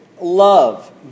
love